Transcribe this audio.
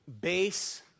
base